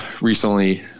recently